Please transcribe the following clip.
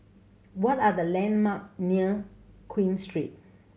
what are the landmark near Queen Street